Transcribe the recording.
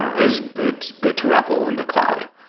is boot boot to repel in the cloud.